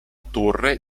torre